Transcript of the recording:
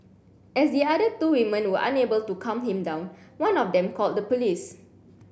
as the other two women were unable to calm him down one of them called the police